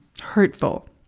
hurtful